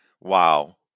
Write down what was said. Wow